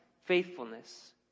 faithfulness